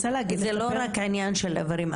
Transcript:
זה לא רק עניין של האיברים,